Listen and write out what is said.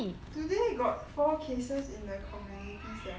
today got four cases in the community sia